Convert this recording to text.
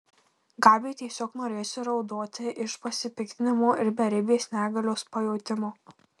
gabiui tiesiog norėjosi raudoti iš pasipiktinimo ir beribės negalios pajautimo